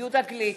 יהודה גליק,